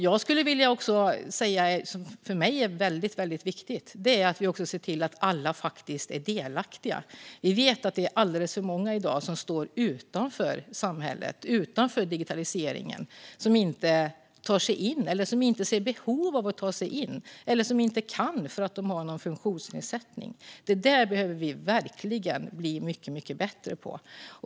Något som för mig är väldigt viktigt är att vi också ser till att alla är delaktiga. Vi vet att det är alldeles för många som i dag står utanför samhället och utanför digitaliseringen. Att de inte tar sig in kan bero på att de inte ser behov av det eller att de inte kan på grund av en funktionsnedsättning. Det där behöver vi verkligen bli mycket bättre på.